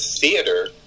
theater